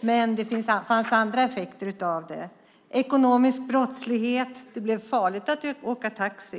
Men det blev andra effekter, bland annat ekonomisk brottslighet. Det blev farligt att åka taxi.